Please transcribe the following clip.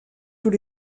tous